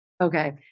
Okay